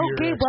Okay